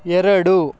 ಎರಡು